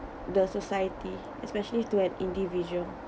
the society especially to an individual